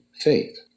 faith